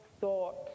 thought